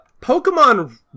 Pokemon